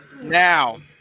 now